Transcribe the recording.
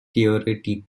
theoretic